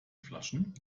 flaschen